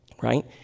right